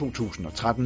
2013